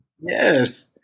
Yes